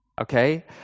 Okay